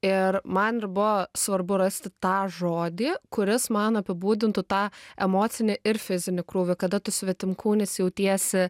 ir man ir buvo svarbu rasti tą žodį kuris man apibūdintų tą emocinę ir fizinį krūvį kada tu svetimkūnis jautiesi